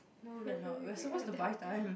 no we are not we are supposed to buy time